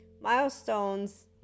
Milestones